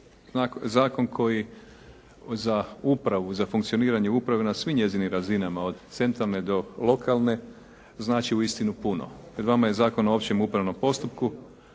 zakon koji za upravu, za funkcioniranje uprave na svim njezinim razinama od centralne do lokalne znači uistinu puno. Pred vama je Zakon o općem upravnom postupku